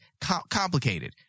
complicated